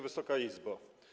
Wysoka Izbo!